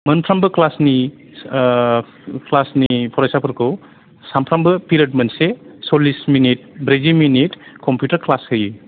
मोनफ्रोमबो क्लासनि क्लासनि फरायसाफोरखौ सानफ्रोमबो फिरद मोनसे सरलिस मिनिट ब्रैजि मिनिट कम्पिउटार ख्लास होयो